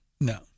No